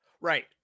right